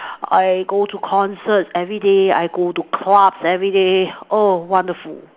I go to concerts everyday I go to clubs everyday oh wonderful